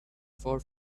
far